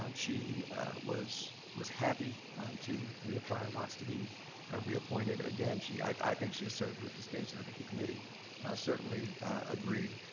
um she was was happy to reapply, wants to be ah reappointed again. i think she has served with distinction. i think the committee certainly agreed,